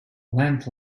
lent